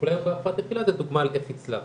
טיפולי יום בהפרעות אכילה זו דוגמה לאיך הצלחנו,